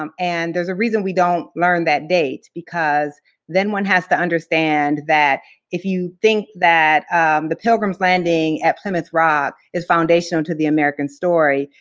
um and there's a reason we don't learn that date, because then one has to understand that if you think that the pilgrims landing at plymouth rock is foundational to the american story,